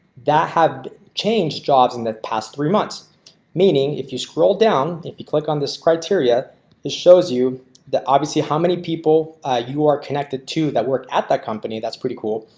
that have changed jobs in the past three months meaning if you scroll down if you click on this criteria is shows you that obviously how many people you are connected to that work at that company. that's pretty cool.